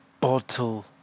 Bottle